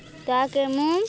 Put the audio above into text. ତାକେ ମୁଁ